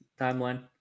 timeline